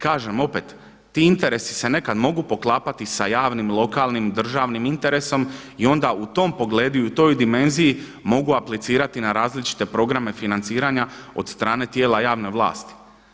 Kažem opet ti interesi se nekada mogu poklapati sa javnim, lokalnim, državnim interesom i onda u tom pogledu i u toj dimenziji mogu aplicirati na različite programe financiranja od strane tijela javne vlasti.